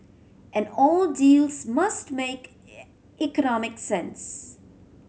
and all deals must make economic sense